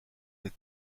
des